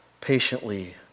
patiently